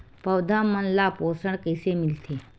पौधा मन ला पोषण कइसे मिलथे?